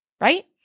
right